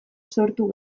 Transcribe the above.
sortu